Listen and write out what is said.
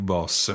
Boss